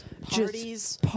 parties